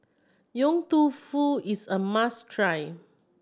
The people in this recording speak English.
Yong Tau Foo is a must try